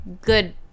good